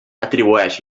atribueix